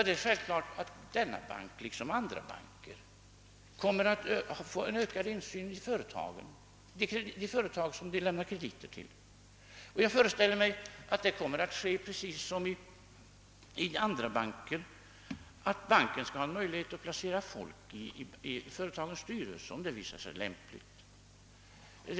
Det är självklart att denna bank liksom andra banker kommer att få ökad insyn i de företag den lämnar krediter till. Jag föreställer mig att det kommer att bli precis som beträffande andra banker, nämligen att banken skall ha möjlighet att placera folk i företagens styrelser om detta visar sig lämpligt.